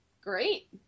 Great